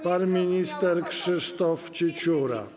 pan minister Krzysztof Ciecióra.